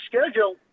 schedule